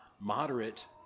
moderate